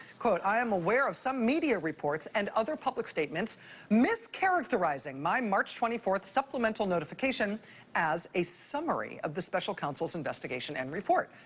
i am aware of some media reports and other public statements mischaracterizing my march twenty fourth supplemental notification as a summary of the special counsel's investigation and report.